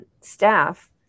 staff